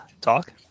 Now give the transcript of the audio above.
talk